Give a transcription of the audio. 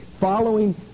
following